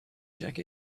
check